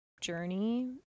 journey